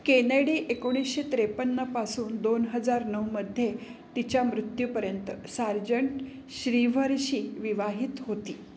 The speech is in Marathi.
केनेडी एकोणीसशे त्रेपन्नपासून दोन हजार नऊमध्ये तिच्या मृत्यूपर्यंत सार्जंट श्रिव्हरशी विवाहित होती